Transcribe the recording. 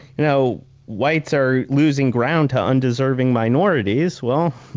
you know whites are losing ground to undeserving minorities, well,